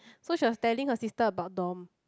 so she was telling her sister about Dom